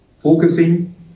Focusing